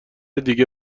دیگه